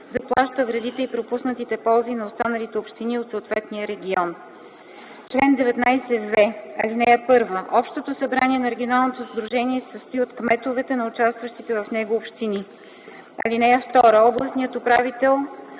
заплаща вредите и пропуснатите ползи на останалите общини от съответния регион. Чл. 19в. (1) Общото събрание на регионалното сдружение се състои от кметовете на участващите в него общини. (2) Областният управител,